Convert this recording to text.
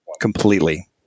completely